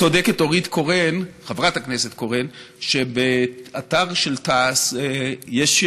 צודקת חברת הכנסת נורית קורן שבאתר של תע"ש יש,